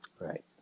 Right